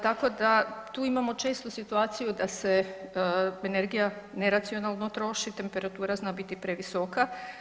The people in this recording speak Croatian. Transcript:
Tako da tu imamo često situaciju da se energija neracionalno troši, temperatura zna biti previsoka.